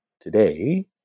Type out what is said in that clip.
today